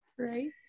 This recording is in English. right